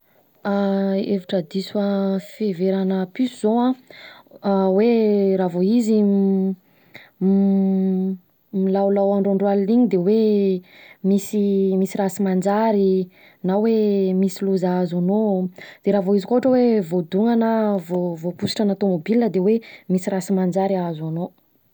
Hevitra diso fiheverana piso zao an hoe: raha vao izy milaolao andro andro alina de hoe misy raha sy manjary na hoeee: misy loza ahazo anao, de raha vao izy koa ohatra hoe voadona na voapositrana tomobilina de hoe misy raha sy manjary ahazo anao